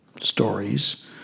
stories